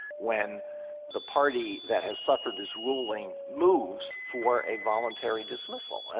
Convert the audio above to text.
when the party that has suffered this ruling moves for a voluntary dismissal. and